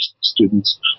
students